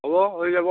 হ'ব হৈ যাব